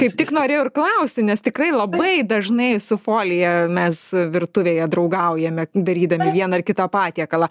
kaip tik norėjau ir klausti nes tikrai labai dažnai su folija mes virtuvėje draugaujame darydami vieną ar kitą patiekalą